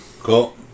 cool